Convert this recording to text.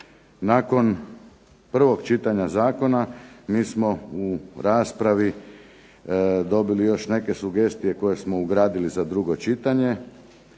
Nakon prvog čitanja zakona mi smo u raspravi dobili još neke sugestije koje smo ugradili za drugo čitanje,